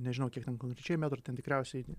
nežinau kiek ten konkrečiai metrų ten tikriausiai